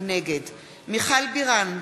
נגד מיכל בירן,